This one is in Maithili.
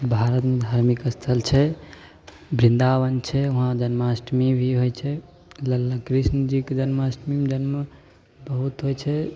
भारतमे धार्मिक स्थल छै बृन्दावन छै वहाँ जन्माष्टमीभी होइत छै कृष्णजीके जन्माष्टमी जन्मक बहुत होइत छै